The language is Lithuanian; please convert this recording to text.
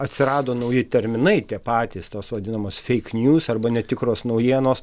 atsirado nauji terminai tie patys tos vadinamos feik niūs arba netikros naujienos